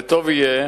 וטוב יהיה